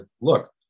look